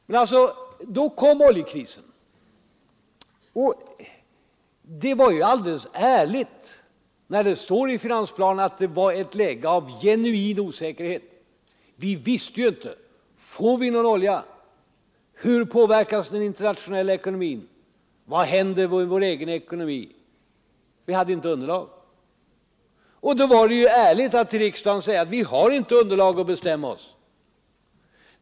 Men då kom oljekrisen. Och det är alldeles ärligt när vi säger i finansplanen att det rådde ett läge av genuin osäkerhet. Vi visste ju inte vad som skulle hända: Får vi någon olja? Hur påverkas den internationella ekonomin? Vad händer med vår egen ekonomi? Vi hade inget underlag, och då var det ju ärligt att till riksdagen säga att vi inte hade underlag för att bestämma oss.